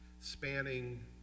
spanning